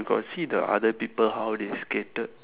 you got see the other people how they skated